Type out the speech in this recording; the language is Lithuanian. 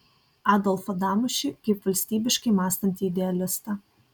adolfą damušį kaip valstybiškai mąstantį idealistą